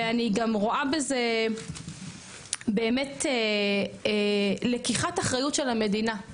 ואני רואה בזה באמת לקיחת אחריות של המדינה.